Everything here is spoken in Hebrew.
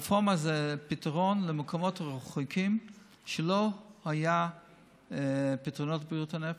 הרפורמה היא פתרון למקומות רחוקים שלא היו בהם פתרונות לבריאות הנפש,